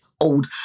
old